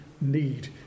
need